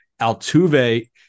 Altuve